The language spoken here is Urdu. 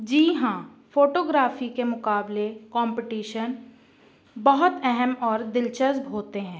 جی ہاں فوٹوگرافی کے مقابلے کمپٹیشن بہت اہم اور دلچسب ہوتے ہیں